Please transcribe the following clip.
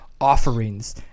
offerings